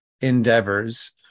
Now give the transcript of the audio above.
endeavors